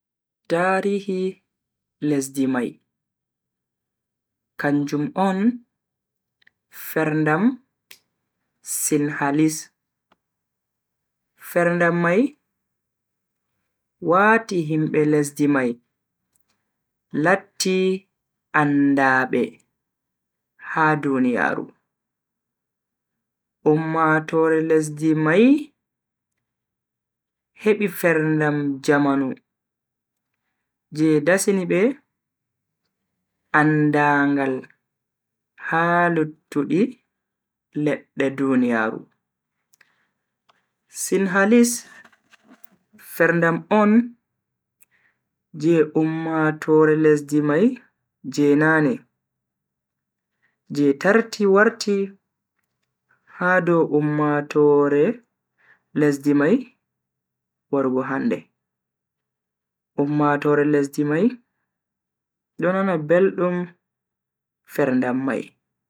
Tarihi lesdi mai kanjum on ferndam sinhalese. ferndam mai wati himbe lesdi mai latti andaabe ha duniyaaru. ummatoore lesdi mai hebi ferndam jamanu je dasini be andaangal ha luttudi ledde duniyaaru. sinhalese ferndam on je ummatoore lesdi mai je nane je tarti warti ha dow ummatoore lesdi mai warugo hande. ummatoore lesdi mai do nana beldum ferndam mai.